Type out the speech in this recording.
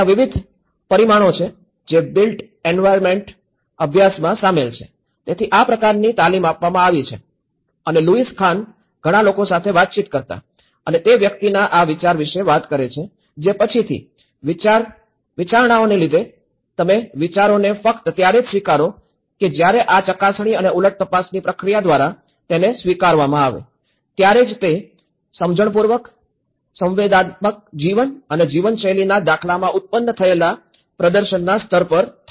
ત્યાં વિવિધ પરિમાણો છે જે બિલ્ટ પર્યાવરણના અભ્યાસમાં શામેલ છે તેથી આ પ્રકારની તાલીમ આપવામાં આવી છે અને લુઇસ ખાન ઘણા લોકો સાથે વાતચીત કરતા અને તે વ્યક્તિના આ વિચાર વિશે વાત કરે છે જે પછીથી વિચારણાઓને લીધે તમે વિચારોને ફક્ત ત્યારે જ સ્વીકારો કે જ્યારે આ ચકાસણી અને ઉલટ તપાસની પ્રક્રિયા દ્વારા તેને સ્વીકારવામાં આવે ત્યારે જ તે સમજણપૂર્વક સંવેદનાત્મક જીવન અને જીવનશૈલીના દાખલામાં ઉત્પન્ન થયેલા પ્રદર્શનના સ્તર પર થાય છે